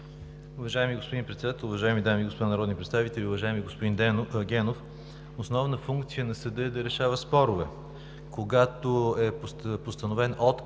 Уважаеми господин Председател, уважаеми дами и господа народни представители! Уважаеми господин Генов, основна функция на съда е да решава спорове. Когато е постановен отказ